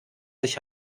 sich